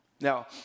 Now